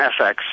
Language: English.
FX